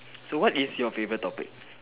so what is your favorite topic